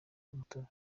umutobe